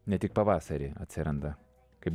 ne tik pavasarį atsiranda kaip